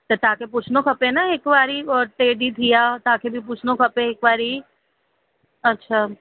त तव्हांखे पुछिणो खपे आहे न हिकु वारी टे ॾींहुं थी विया तव्हांखे बि पुछिणो खपे हिकु वारी अछा